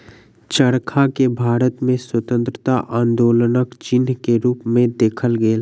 चरखा के भारत में स्वतंत्रता आन्दोलनक चिन्ह के रूप में देखल गेल